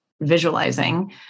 visualizing